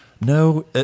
No